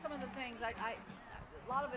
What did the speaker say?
some of the things i love